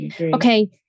Okay